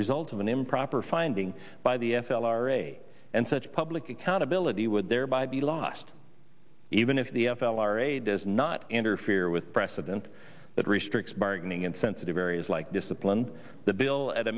result of an improper finding by the f l r a and such public accountability would thereby be lost even if the f l r a does not interfere with precedent that restricts bargaining in sensitive areas like discipline the bill at a